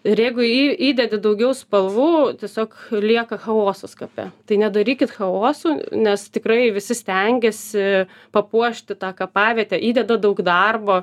ir jeigu į įdedi daugiau spalvų tiesiog lieka chaosas kape tai nedarykit chaoso nes tikrai visi stengiasi papuošti tą kapavietę įdeda daug darbo